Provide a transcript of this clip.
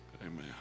Amen